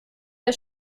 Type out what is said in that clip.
der